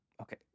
Okay